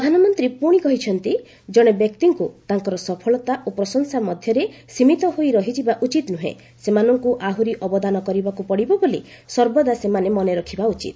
ପ୍ରଧାନମନ୍ତ୍ରୀ ପୁଣି କହିଛନ୍ତି ଜଣେ ବ୍ୟକ୍ତିଙ୍କୁ ତାଙ୍କର ସଫଳତା ଓ ପ୍ରଶଂସା ମଧ୍ୟରେ ସୀମିତ ହୋଇ ରହିଯିବା ଉଚିତ ନୁହେଁ ସେମାନଙ୍କୁ ଆହୁରି ଅବଦାନ କରିବାକୁ ପଡ଼ିବ ବୋଲି ସର୍ବଦା ସେମାନେ ମନେରଖିବା ଉଚିତ